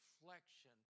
reflection